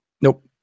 Nope